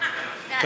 אדוני סגן השר?